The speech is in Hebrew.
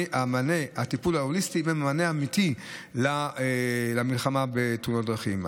הטיפול ההוליסטי והמענה האמיתי למלחמה בתאונות דרכים.